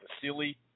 Vasily